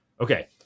Okay